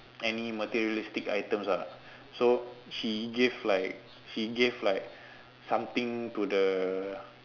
any materialistic items lah so she give like she give like something to the